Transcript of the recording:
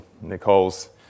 Nicole's